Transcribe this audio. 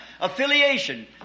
affiliation